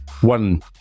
one